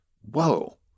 whoa